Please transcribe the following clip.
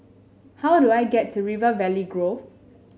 how do I get to River Valley Grove